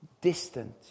distant